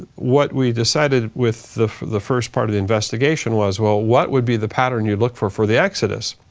what we decided with the the first part of the investigation was, well, what would be the pattern you'd look for for the exodus?